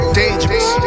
dangerous